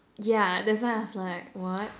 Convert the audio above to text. ya that's why I was like what